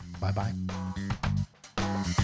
Bye-bye